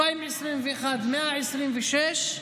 2021, 126,